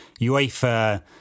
UEFA